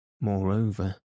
Moreover